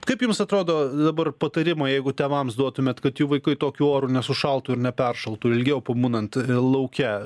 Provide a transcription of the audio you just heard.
kaip jums atrodo dabar patarimą jeigu tėvams duotumėt kad jų vaikai tokiu oru nesušaltų ir neperšaltų ilgiau pabūnant lauke